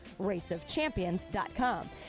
raceofchampions.com